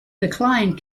decline